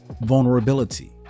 vulnerability